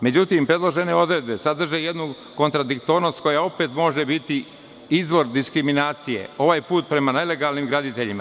Međutim predložene odredbe sadrže jednu kontradiktornost koja opet može biti izvor diskriminacije, ovaj put prema nelegalnim graditeljima.